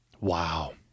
Wow